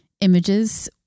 images